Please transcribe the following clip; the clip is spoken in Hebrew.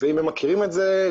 ואם הם מכירים את זה,